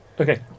Okay